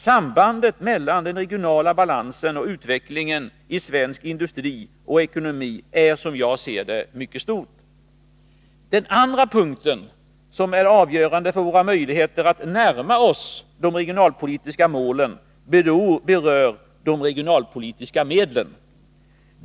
Sambandet mellan den regionala balansen och utvecklingen i svensk industri och ekonomi är, som jag ser det, mycket stor. Den andra punkten som är avgörande för våra möjligheter att närma oss de regionalpolitiska målen berör de regionalpolitiska medlen.